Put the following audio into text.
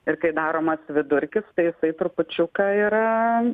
ir kai daromas vidurkis tai jisai trupučiuką yra